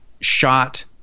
shot